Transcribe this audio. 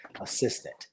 assistant